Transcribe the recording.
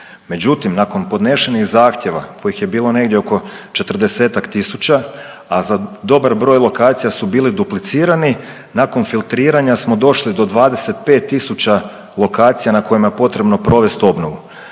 Međutim, nakon podnešenih zahtjeva kojih je bilo negdje oko 40-ak tisuća, a za dobar broj lokacija su bili duplicirani nakon filtriranja smo došli do 25 tisuća lokacija na kojima je potrebno provesti obnovu,